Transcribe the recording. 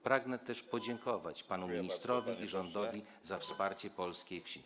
Pragnę też podziękować panu ministrowi i rządowi za wsparcie polskiej wsi.